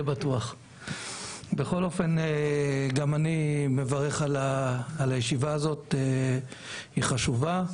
שלום לכולם, אני מברך על קיום הישיבה החשובה.